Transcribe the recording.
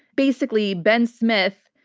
basically, ben smith,